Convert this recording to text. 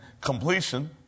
completion